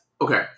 okay